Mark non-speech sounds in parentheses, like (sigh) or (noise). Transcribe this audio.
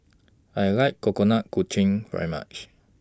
I like Coconut (unintelligible) very much